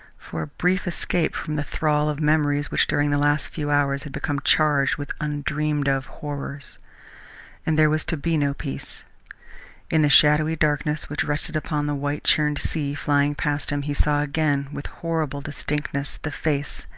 for a brief escape from the thrall of memories which during the last few hours had become charged with undreamed-of horrors and there was to be no peace in the shadowy darkness which rested upon the white-churned sea flying past him, he saw again, with horrible distinctness, the face,